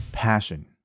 passion